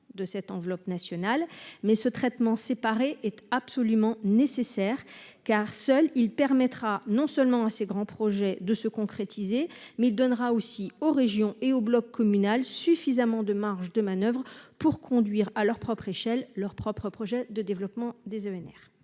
de cette enveloppe nationale. Mais ce traitement séparé est absolument nécessaire, car il permettra non seulement à ces grands projets de se concrétiser, mais aussi de donner aux régions et au bloc communal suffisamment de marges de manoeuvre pour conduire, à leur échelle, le déploiement des